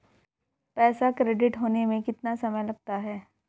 पैसा क्रेडिट होने में कितना समय लगता है?